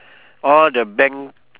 all the bank